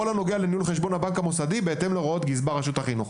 לניהול חשבון הבנק המוסדי בהתאם להוראות גזבר רשות החינוך.